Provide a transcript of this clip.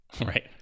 Right